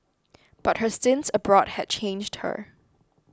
but her stints abroad had changed her